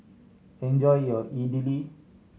enjoy your Idili